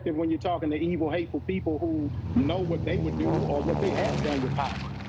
and when you're talking to evil, hateful people, who know what they would do or what they have done with power.